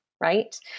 right